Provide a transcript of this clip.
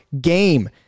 game